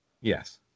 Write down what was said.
Yes